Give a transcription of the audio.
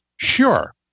Sure